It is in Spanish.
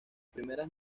primeras